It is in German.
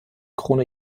krone